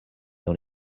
dans